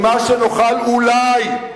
ומה שנוכל אולי,